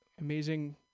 Amazing